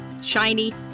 shiny